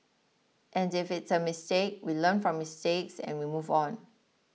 and if it's a mistake we learn from mistakes and we move on